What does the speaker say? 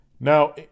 Now